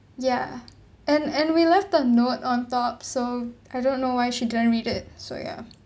ya and and we left a note on top so I don't know why she didn't read it so ya